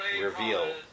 reveal